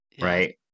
right